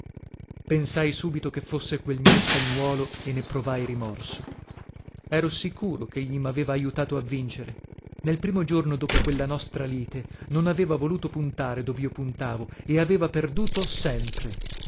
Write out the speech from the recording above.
pensai subito che fosse quel mio spagnuolo e ne provai rimorso ero sicuro chegli maveva ajutato a vincere nel primo giorno dopo quella nostra lite non aveva voluto puntare dovio puntavo e aveva perduto sempre